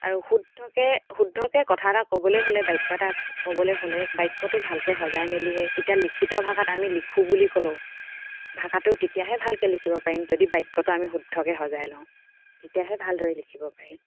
আৰু শুদ্ধকৈ শুদ্ধকৈ কথা এটা ক'বলৈ হ'লে বাক্য এটা ক'বলৈ হ'লে বাক্যটো ভালকে সজাই মেলিহে এতিয়া লিখিত ভাষাত আমি লিখোঁ বুলি ক'লোঁ ভাষাটো তেতিয়াহে ভালকৈ লিখিব পাৰিম যদি বাক্যটো আমি শুদ্ধকৈ সজাই লওঁ তেতিয়াহে ভালদৰে লিখিব পাৰিম